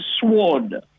sword